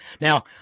Now